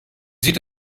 sieht